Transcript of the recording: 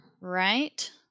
Right